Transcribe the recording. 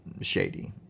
shady